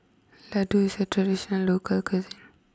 Laddu is a traditional local cuisine